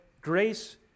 Grace